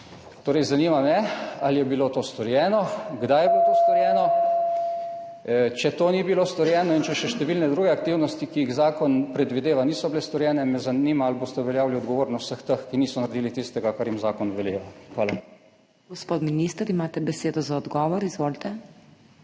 izvesti. Zanima me: Ali je bilo to storjeno in kdaj je bilo to storjeno? Če to ni bilo storjeno in če še številne druge aktivnosti, ki jih zakon predvideva, niso bile izpeljane, me zanima: Ali boste uveljavili odgovornost vseh teh, ki niso naredili tistega, kar jim zakon veleva? Hvala. **PODPREDSEDNICA MAG. MEIRA HOT:** Gospod minister, imate besedo za odgovor. Izvolite.